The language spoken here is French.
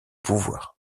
pouvoir